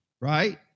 right